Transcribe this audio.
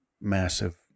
massive